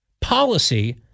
policy